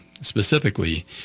specifically